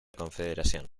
confederación